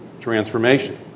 transformation